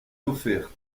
offertes